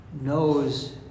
knows